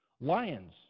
Lions